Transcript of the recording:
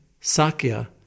Sakya